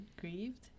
grieved